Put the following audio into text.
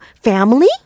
family